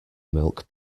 milk